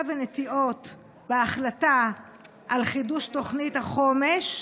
ונטיעות בהחלטה על חידוש תוכנית החומש?